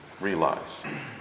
realize